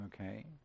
Okay